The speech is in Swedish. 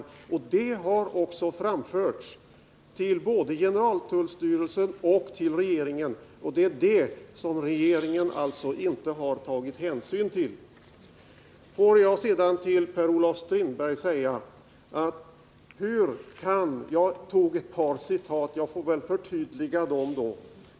Den sistnämnda uppfattningen har också framförts till både generaltullstyrelsen och regeringen, Men det har regeringen alltså inte tagit någon hänsyn till. Får jag sedan till Per-Olof Strindberg säga att jag gjorde ett par citat. Men jag får väl förtydliga dem då!